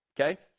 Okay